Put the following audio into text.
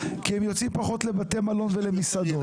כי הם יוצאים פחות לבתי מלון ולמסעדות.